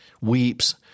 weeps